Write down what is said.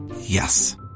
Yes